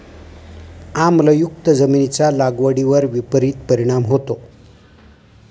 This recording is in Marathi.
आम्लयुक्त जमिनीचा लागवडीवर विपरीत परिणाम होतो